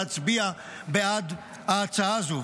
להצביע בעד ההצעה הזו.